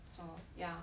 so ya